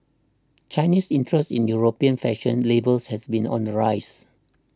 Chinese interest in European fashion labels has been on the rise